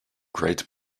great